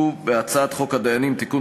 הצעת חוק הדיינים (תיקון,